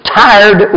tired